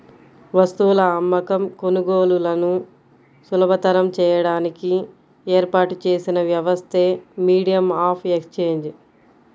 వస్తువుల అమ్మకం, కొనుగోలులను సులభతరం చేయడానికి ఏర్పాటు చేసిన వ్యవస్థే మీడియం ఆఫ్ ఎక్సేంజ్